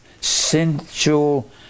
sensual